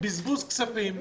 בזבוז כספים,